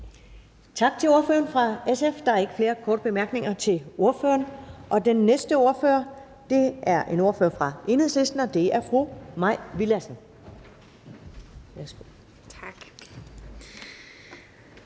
Tak til ordføreren fra SF, der er ikke flere korte bemærkninger til ordføreren. Den næste ordfører er fra Enhedslisten, og det er fru Mai Villadsen.